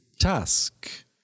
task